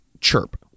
chirp